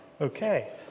Okay